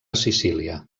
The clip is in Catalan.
sicília